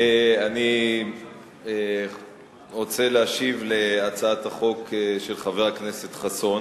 אני רוצה להשיב על הצעת החוק של חבר הכנסת חסון